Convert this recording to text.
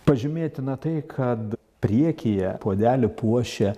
pažymėtina tai kad priekyje puodelį puošia